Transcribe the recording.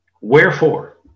Wherefore